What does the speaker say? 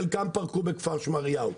חלקם פרקו בכפר שמריהו.